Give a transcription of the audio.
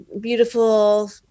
beautiful